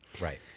Right